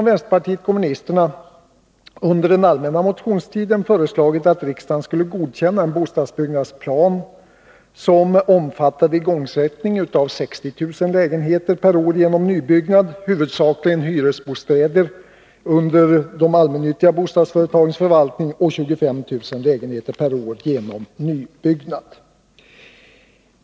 Vänsterpartiet kommunisterna har under den allmänna motionstiden föreslagit att riksdagen skulle godkänna en bostadsbyggnadsplan som omfattade igångsättning av 60 000 lägenheter per år genom nybyggnad, huvudsakligen hyresbostäder under de allmännyttiga bostadsföretagens förvaltning, och 25 000 lägenheter per år genom ombyggnad.